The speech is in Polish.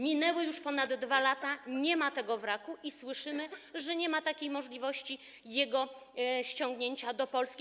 Minęły już ponad 2 lata, nie ma tego wraku i słyszymy, że nie ma możliwości ściągnięcia go do Polski.